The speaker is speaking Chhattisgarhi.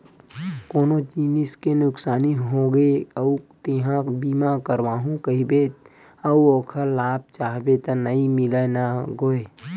कोनो जिनिस के नुकसानी होगे अउ तेंहा बीमा करवाहूँ कहिबे अउ ओखर लाभ चाहबे त नइ मिलय न गोये